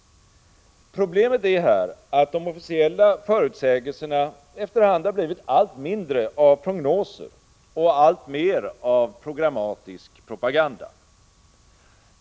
Problemet är här att de officiella förutsägelserna efter hand har blivit allt mindre av prognoser och alltmer av programmatisk propaganda.